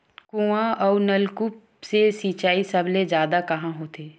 कुआं अउ नलकूप से सिंचाई सबले जादा कहां होथे?